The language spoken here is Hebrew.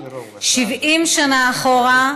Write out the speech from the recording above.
70 שנה אחורה,